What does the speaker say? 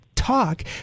talk